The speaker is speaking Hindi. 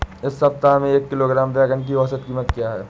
इस सप्ताह में एक किलोग्राम बैंगन की औसत क़ीमत क्या है?